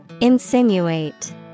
Insinuate